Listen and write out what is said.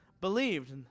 believed